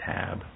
tab